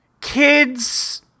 kids